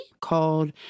called